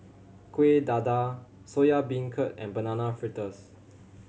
Kueh Dadar Soya Beancurd and Banana Fritters